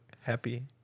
Happy